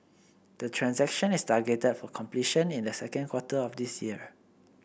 the transaction is targeted for completion in the second quarter of this year